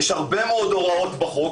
יש הרבה מאוד הוראות בחוק,